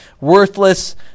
worthless